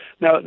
Now